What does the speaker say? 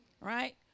right